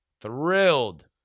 thrilled